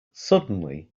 suddenly